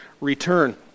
return